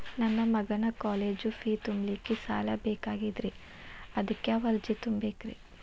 ನನ್ನ ಮಗನ college fee ತುಂಬಲಿಕ್ಕೆ ಸಾಲ ಬೇಕಾಗೆದ್ರಿ ಅದಕ್ಯಾವ ಅರ್ಜಿ ತುಂಬೇಕ್ರಿ?